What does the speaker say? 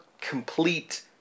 complete